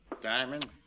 Diamond